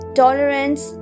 tolerance